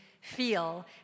feel